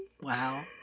Wow